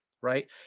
right